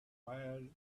fires